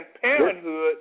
Parenthood